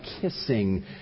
kissing